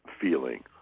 feeling